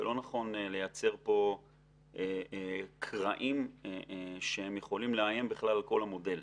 ולא נכון לייצר פה קרעים שיכולים לאיים בכלל על כל המודל.